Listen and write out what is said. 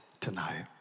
tonight